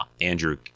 Andrew